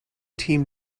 team